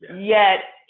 yet,